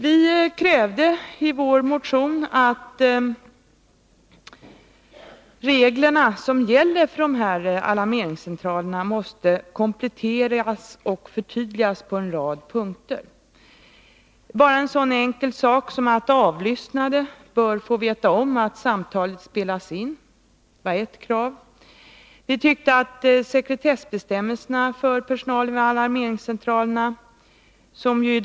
Vi har i vår motion krävt att reglerna som gäller för dessa alarmerings centraler kompletteras och förtydligas på en rad punkter. Det gäller en så enkel sak som att personer som avlyssnas bör få veta att samtalet spelas in. Det var ett krav. Vi har också framfört att sekretessbestämmelserna för personalen vid alarmeringscentralerna bör skärpas.